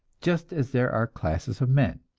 just as there are classes of men.